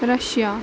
Russia